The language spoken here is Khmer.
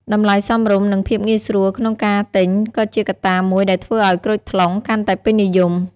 តម្លៃសមរម្យ និងភាពងាយស្រួលក្នុងការរកទិញក៏ជាកត្តាមួយដែលធ្វើឱ្យក្រូចថ្លុងកាន់តែពេញនិយម។